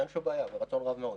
אין שום בעיה, ברצון רב מאוד.